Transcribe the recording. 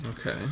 Okay